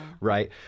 right